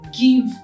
give